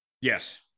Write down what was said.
Yes